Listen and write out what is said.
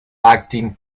acting